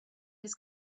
his